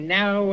now